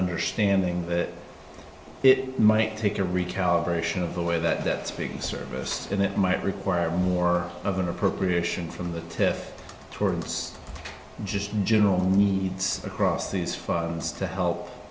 understanding that it might take a recalibration of the way that that speaking service and it might require more of an appropriation from the tenth towards just in general needs it's across these funds to help